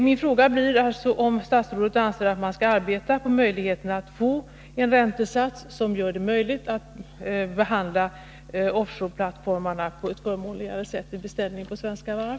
Min fråga är alltså: Anser statsrådet att man skall arbeta på att få till stånd en räntesats som medger en förmånligare behandling när det gäller offshore-plattformar och beställningar vid svenska varv?